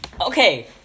Okay